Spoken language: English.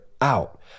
out